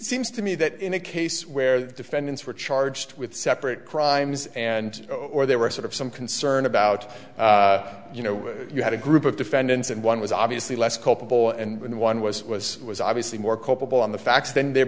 seems to me that in a case where the defendants were charged with separate crimes and or they were sort of some concern about you know you had a group of defendants and one was obviously less culpable and one was was was obviously more culpable on the facts than there